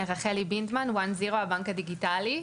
רחלי בינדמן, one zero הבנק הדיגיטלי.